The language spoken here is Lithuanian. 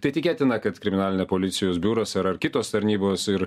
tai tikėtina kad kriminalinė policijos biuras ar ar kitos tarnybos ir